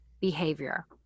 behavior